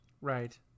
right